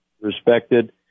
respected